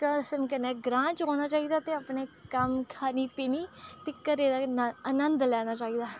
कसम कन्नै ग्रांऽ च रौह्ना चाहि्दा ते अपने कम्म खानी पीनी ते घरै दे गै अनंद लैना चाहि्दा ऐ